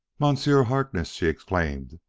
monsieur harkness! she exclaimed.